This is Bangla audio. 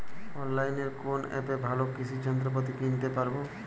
অনলাইনের কোন অ্যাপে ভালো কৃষির যন্ত্রপাতি কিনতে পারবো?